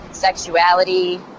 sexuality